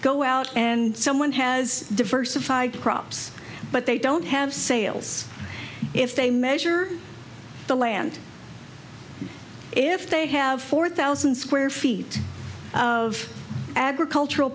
go out and someone has diversified crops but they don't have sales if they measure the land if they have four thousand square feet of agricultural